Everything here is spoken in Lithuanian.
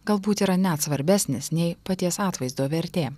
galbūt yra net svarbesnis nei paties atvaizdo vertė